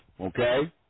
okay